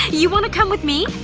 you want to come with me?